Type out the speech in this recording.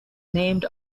named